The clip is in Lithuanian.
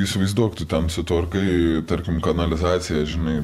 įsivaizduok tu ten sutvarkai tarkim kanalizaciją žinai